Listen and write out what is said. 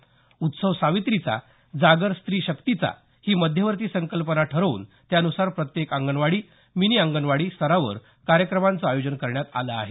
उत्सव सावित्रीचा जागर स्त्री शक्तीचा ही मध्यवर्ती संकल्पना ठरवून त्यानुसार प्रत्येक अंगणवाडी मिनी अंगणवाडी स्तरावर कार्यक्रमांचं आयोजन करण्यात आलं आहे